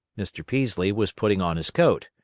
mr. peaslee was putting on his coat.